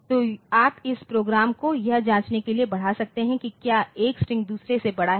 तो आप इस प्रोग्राम को यह जांचने के लिए बढ़ा सकते हैं कि क्या एक स्ट्रिंग दूसरे से बड़ा है